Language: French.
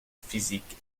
physique